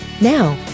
Now